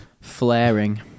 flaring